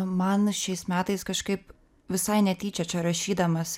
man šiais metais kažkaip visai netyčia čia rašydamasi